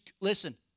Listen